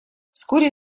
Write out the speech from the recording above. вскоре